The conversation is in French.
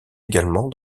également